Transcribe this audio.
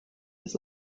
his